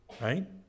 right